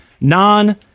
non